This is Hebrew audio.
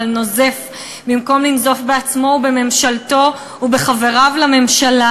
אבל נוזף במקום לנזוף בעצמו ובממשלתו ובחבריו לממשלה,